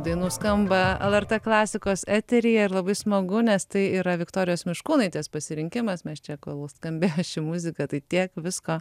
dainų skamba lrt klasikos eteryje ir labai smagu nes tai yra viktorijos miškūnaitės pasirinkimas mes čia kol skambėjo ši muzika tai tiek visko